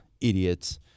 Idiots